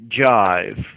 jive